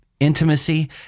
intimacy